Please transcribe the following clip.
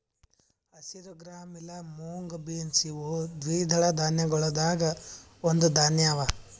ಹಸಿರು ಗ್ರಾಂ ಇಲಾ mung beans ಇವು ದ್ವಿದಳ ಧಾನ್ಯಗೊಳ್ದಾಂದ್ ಒಂದು ಧಾನ್ಯ ಅವಾ